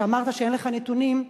כשאמרת שאין לך נתונים,